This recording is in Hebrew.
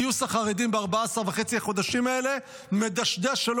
גיוס החרדים ב-14.5 החודשים האלה מדשדש,